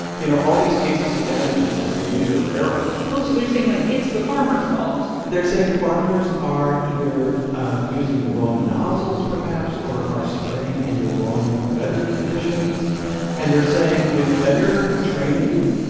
you know, all these cases of damage it's just user error oh, so they're saying, like, it's the farmers fault they're saying farmers are either ah using the wrong nozzles, perhaps, or are spraying in the wrong weather conditions ok and they're saying, with better training,